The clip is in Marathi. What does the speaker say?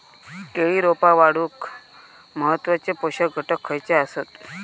केळी रोपा वाढूक महत्वाचे पोषक घटक खयचे आसत?